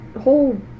whole